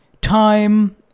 time